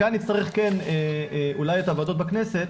כאן נצטרך אולי את הוועדות בכנסת